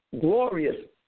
glorious